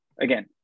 Again